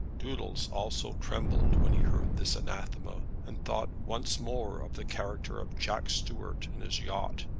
doodles also trembled when he heard this anathema, and thought once more of the character of jack stuart and his yacht.